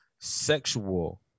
sexual